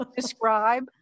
describe